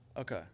Okay